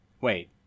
Wait